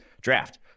draft